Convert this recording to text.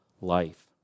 life